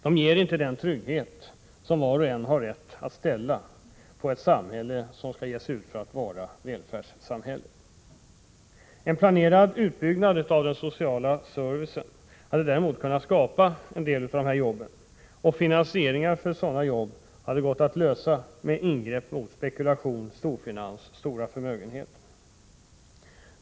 De ger inte den trygghet som var och en har rätt att ställa på ett samhälle som ger sig ut för att vara ett välfärdssamhälle. En planerad utbyggnad av den sociala servicen hade däremot kunnat skapa en del av dessa jobb, och finansieringen för sådana jobb hade gått att åstadkomma med ingrepp mot spekulation, storfinans och stora förmögenheter.